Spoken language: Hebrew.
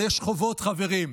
אבל יש חובות, חברים.